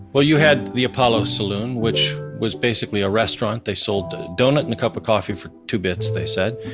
well you had the apollo saloon which was basically a restaurant. they sold a donut and a cup of coffee for two bits, they said.